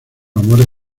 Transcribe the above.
amores